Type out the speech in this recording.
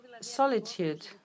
solitude